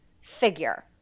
figure